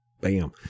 bam